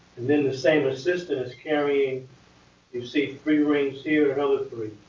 and then, the same assistant is carrying you see three rings, here another three.